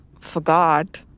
forgot